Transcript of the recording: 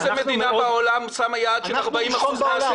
איזו מדינה בעולם שמה יעד של 40 אחוזים מהשמש?